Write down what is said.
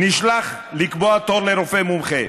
הוא נשלח לקבוע תור לרופא מומחה.